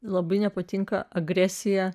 labai nepatinka agresija